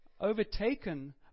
overtaken